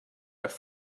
have